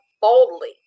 boldly